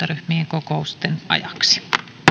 kokousten ajaksi